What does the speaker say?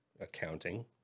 accounting